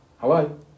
Hello